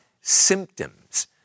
symptoms